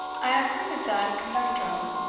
i have heard of that conundrum.